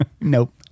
Nope